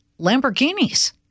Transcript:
Lamborghinis